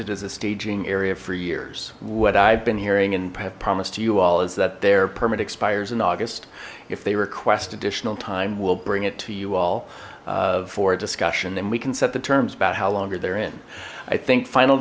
it as a staging area for years what i've been hearing and have promised to you all is that their permit expires in august if they request additional time we'll bring it to you all for a discussion and we can set the terms about how longer they're in i think final